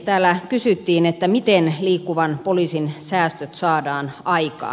täällä kysyttiin miten liikkuvan poliisin säästöt saadaan aikaan